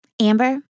Amber